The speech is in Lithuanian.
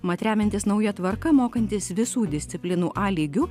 mat remiantis nauja tvarka mokantis visų disciplinų a lygiu